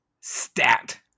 stat